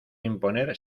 imponer